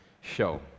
show